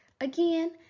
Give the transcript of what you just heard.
Again